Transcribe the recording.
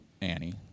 Annie